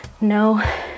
no